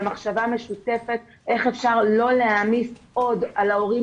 במחשבה משותפת איך אפשר לא להעמיס עוד על ההורים